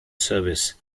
service